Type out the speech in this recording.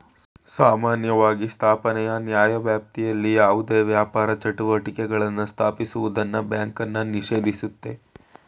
ಸಾಮಾನ್ಯವಾಗಿ ಸ್ಥಾಪನೆಯ ನ್ಯಾಯವ್ಯಾಪ್ತಿಯಲ್ಲಿ ಯಾವುದೇ ವ್ಯಾಪಾರ ಚಟುವಟಿಕೆಗಳನ್ನ ಸ್ಥಾಪಿಸುವುದನ್ನ ಬ್ಯಾಂಕನ್ನ ನಿಷೇಧಿಸುತ್ತೆ